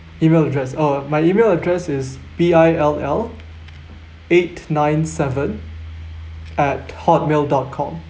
email address oh my email address is B I L L eight nine seven at hotmail dot com